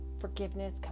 forgiveness